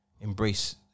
embrace